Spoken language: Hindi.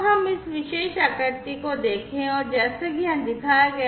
तो हम इस विशेष आकृति को देखें और जैसा कि यहाँ दिखाया गया है